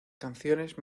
canciones